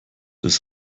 ist